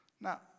Now